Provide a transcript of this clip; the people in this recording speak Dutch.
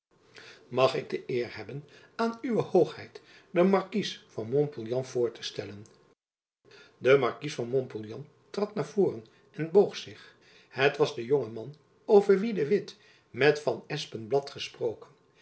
mag ik de eer hebben aan uwe hoogheid den markies van montpouillan voor te stellen de markies van montpouillan trad naar voren en boog zich het was de jonge franschman over wien de witt met van espenblad gesproken